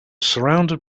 surrounded